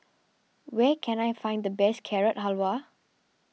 where can I find the best Carrot Halwa